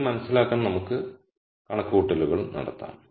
ഇത് മനസ്സിലാക്കാൻ നമുക്ക് കണക്കുകൂട്ടൽ നടത്താം